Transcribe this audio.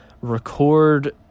record